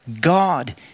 God